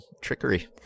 Trickery